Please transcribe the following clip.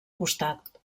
costat